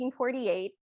1948